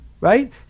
right